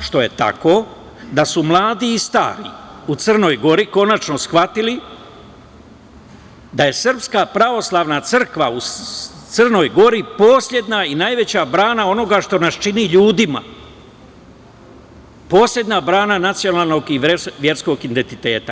što je tako, da su mladi i stari u Crnoj Gori konačno shvatili da je SPC u Crnoj Gori poslednja i najveća brana onoga što nas čini ljudima, posebna brana nacionalnog i verskog identiteta.